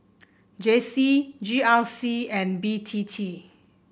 J C G R C and B T T